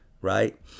right